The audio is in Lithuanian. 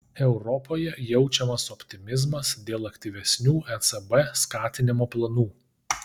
europoje jaučiamas optimizmas dėl aktyvesnių ecb skatinimo planų